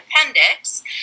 appendix